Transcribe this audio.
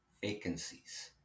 vacancies